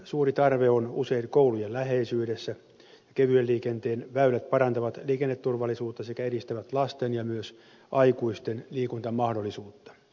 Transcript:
suuri tarve on usein koulujen läheisyydessä ja kevyen liikenteen väylät parantavat liikenneturvallisuutta sekä edistävät lasten ja myös aikuisten liikuntamahdollisuutta